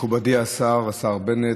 מכובדי השר בנט,